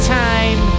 time